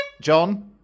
John